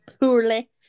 poorly